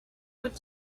what